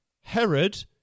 Herod